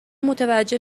متوجه